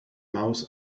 mouth